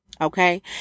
Okay